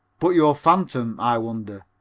but your phantom, i wonder,